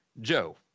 Joe